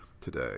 today